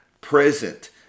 present